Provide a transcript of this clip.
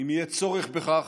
אם יהיה צורך בכך,